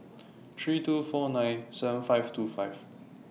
three two four nine seven five two five